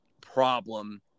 problem